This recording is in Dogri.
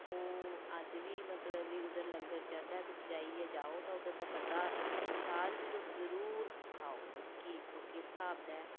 ओह् अज्ज बी मतलब उद्धर लंगर चलदा तुस जाइयै जाओ ते उद्धर दा प्रशाद बी जरूर तुस खाओ कि ओह् किस स्हाब दा ऐ